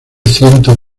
ciento